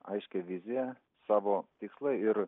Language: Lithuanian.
aiškią viziją savo tikslą ir